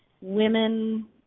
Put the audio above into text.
women